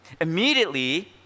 Immediately